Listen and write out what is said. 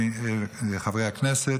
חברי הכנסת,